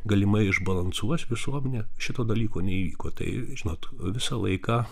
galimai išbalansuos visuomenę šito dalyko neįvyko tai žinot visą laiką